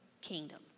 kingdom